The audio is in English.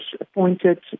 appointed